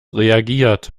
reagiert